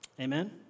Amen